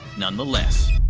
nonetheless.